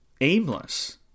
aimless